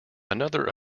another